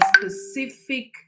specific